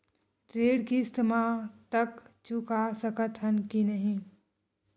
ऋण किस्त मा तक चुका सकत हन कि नहीं?